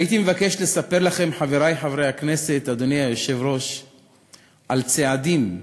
הייתי מבקש לספר לכם, חברי חברי הכנסת, על צעדים,